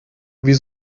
wie